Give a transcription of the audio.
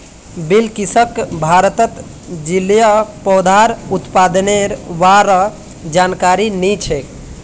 बिलकिसक भारतत जलिय पौधार उत्पादनेर बा र जानकारी नी छेक